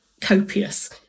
copious